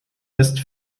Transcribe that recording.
west